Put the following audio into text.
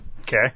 Okay